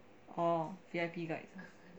oh V_I_P guides